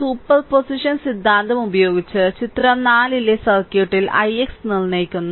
superposition സിദ്ധാന്തം ഉപയോഗിച്ച് ചിത്രം 4 ലെ സർക്യൂട്ടിൽ ix നിർണ്ണയിക്കുന്നു